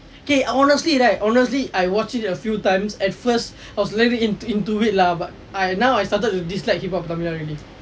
okay honestly right honestly I watched it a few times at first I was really into into it lah but I now I started to dislike hiphop tamizha already